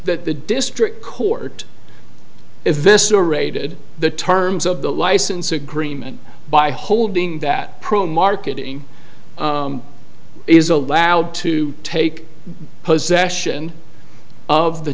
that the district court if this were rated the terms of the license agreement by holding that pro marketing is allowed to take possession of the